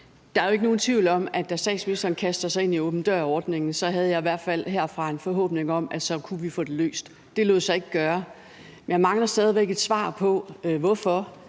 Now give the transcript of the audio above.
Der er ikke nogen tvivl om, at da statsministeren kastede sig ind i åben dør-ordningen, havde jeg i hvert fald herfra en forhåbning om, at vi så kunne få det løst. Det lod sig ikke gøre. Jeg mangler stadig væk et svar på, hvorfor